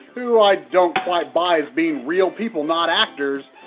who i don't quite buy as buying real people not actors,